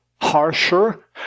harsher